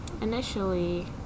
initially